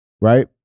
right